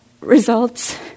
results